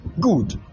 Good